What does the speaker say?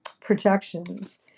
projections